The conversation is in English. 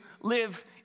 live